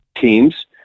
teams